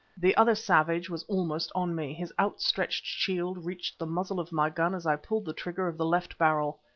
the other savage was almost on me his outstretched shield reached the muzzle of my gun as i pulled the trigger of the left barrel.